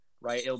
right